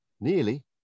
nearly